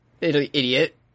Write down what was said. Idiot